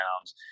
pounds